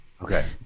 Okay